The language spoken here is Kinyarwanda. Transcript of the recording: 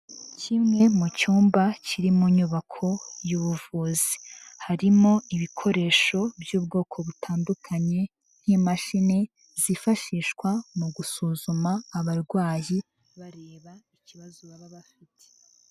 Kimwe mu cyumba kiri mu nyubako y'ubuvuzi harimo ibikoresho by'ubwoko butandukanye nk'imashini zifashishwa mu gusuzuma abarwayi bareba ikibazo baba bafite.